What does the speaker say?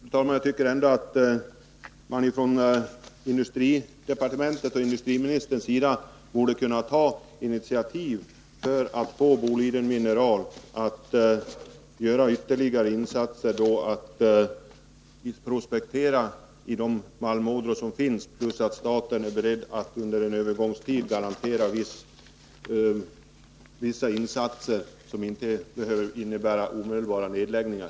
Fru talman! Jag tycker ändå att industridepartementet och industriministern själv borde kunna ta initiativ för att förmå Boliden Mineral AB att göra ytterligare insatser genom att prospektera i de malmådror som man redan känner till mot att staten då är beredd att under en övergångstid garantera vissa insatser, så att vi inte behöver riskera några omedelbara nedläggningar.